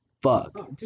fuck